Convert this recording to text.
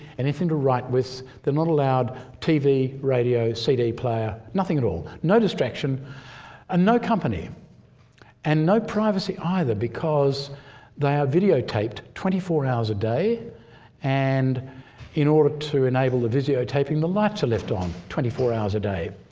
anything to write with, they're not allowed tv, radio, cd player nothing at all. no distraction and ah no company and no privacy either because they are videotaped twenty four hours a day and in order to enable the videotaping, the lights are left on twenty four hours a day.